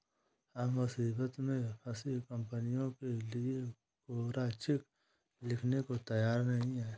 हम मुसीबत में फंसी कंपनियों के लिए कोरा चेक लिखने को तैयार नहीं हैं